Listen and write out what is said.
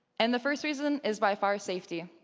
and the first reason is by far, safety.